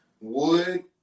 Wood